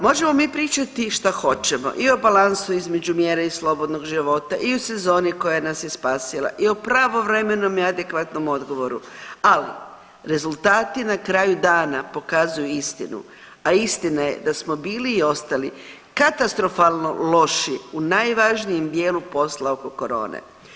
Možemo mi pričati šta hoćemo i o balansu između mjera i slobodnog života i o sezoni koja nas je spasila i o pravovremenom i adekvatnom odgovoru, ali rezultati na kraju dana pokazuju istinu, a istina je da smo bili i ostali katastrofalno loši u najvažnijem dijelu posla oko korone.